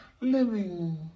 living